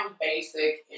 basic